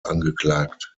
angeklagt